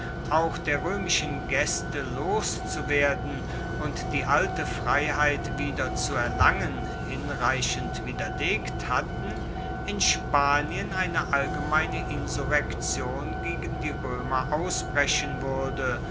auch der roemischen gaeste loszuwerden und die alte freiheit wieder zu erlangen hinreichend widerlegt hatten in spanien eine allgemeine insurrektion gegen die roemer ausbrechen wuerde